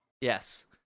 Yes